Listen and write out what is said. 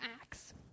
Acts